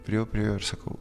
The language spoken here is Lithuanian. priėjauprie jo ir sakau